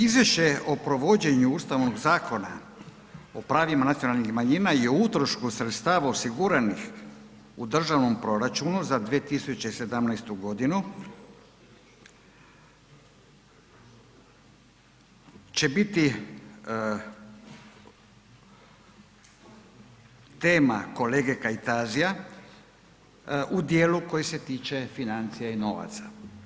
Izvješće o provođenju Ustavnog zakona o pravima nacionalnih manjina i o utrošku sredstava osiguranih u Državnom proračunu za 2017. godinu će biti tema kolege Kajtazija u dijelu koji se tiče financija i novaca.